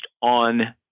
on